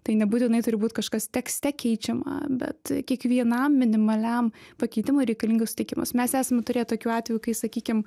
tai nebūtinai turi būt kažkas tekste keičiama bet kiekvienam minimaliam pakeitimui reikalingas sutikimas mes esam turėję tokių atvejų kai sakykim